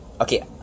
okay